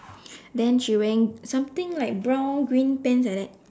then she wearing something like brown green pants like that